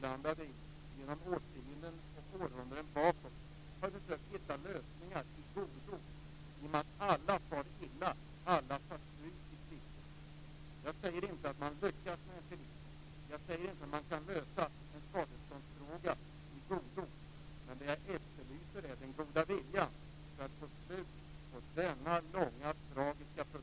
Numera finns bromsmediciner som hjälper en hel del drabbade personer till ett drägligt liv. Men om någon vill påstå att hivinfektionen är behandlingsbar medför det förödande konsekvenser för den viktiga hivpreventionen samt stöd till redan sjuka människor. I och med att alltfler lever med sin smitta, ska man komma ihåg att alltfler kan smitta.